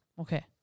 Okay